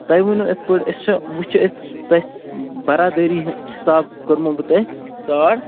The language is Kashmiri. تۄہہِ وَنو یِتھ پٲٹھۍ أسۍ چھِ وۄنۍ چھِ أسۍ تۄہہِ برادٔری حِسابہٕ کوٚرمو بہٕ تۄہہِ ساڑ